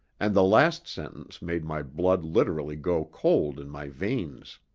and the last sentence made my blood literally go cold in my veins.